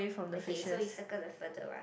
okay so you circle the further one